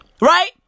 right